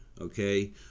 okay